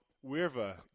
wherever